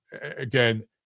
Again